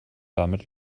damit